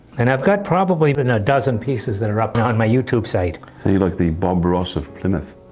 and i've got probably a but and dozen pieces that are up and on my youtube site. so you're like the bob ross of plymouth.